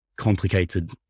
complicated